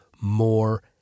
more